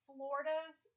Florida's